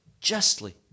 justly